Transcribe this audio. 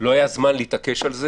לא היה זמן להתעקש על זה.